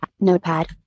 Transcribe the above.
Notepad